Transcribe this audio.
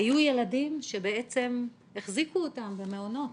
היו ילדים שהחזיקו אותם במעונות,